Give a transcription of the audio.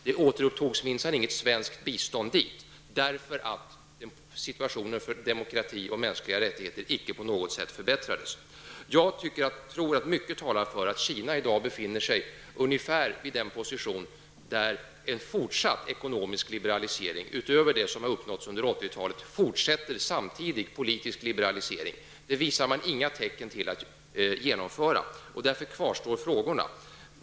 Det svenska biståndet återupptogs minsann inte, därför att situationen när det gäller demokrati och mänskliga rättigheter icke förbättrades på något sätt. Jag tror att mycket talar för att Kina i dag befinner sig ungefär i den position där en fortsatt ekonomisk liberalisering utöver det som har uppnåtts under 80 talet förutsätter samtidig politisk liberalisering. Det visar man inga tecken till att genomföra. Därför kvarstår frågorna.